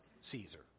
Caesar